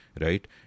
right